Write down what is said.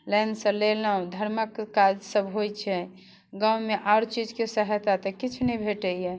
लाइनसँ लेलहुँ धर्मक काज सभ होइ छै गाँवमे आओर चीजके सहायता तऽ किछु नहि भेटैए